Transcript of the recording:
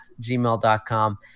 gmail.com